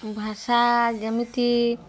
ଭାଷା ଯେମିତି